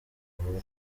vuba